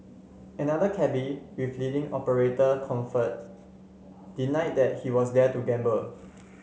another cabby with leading operator Comfort denied that he was there to gamble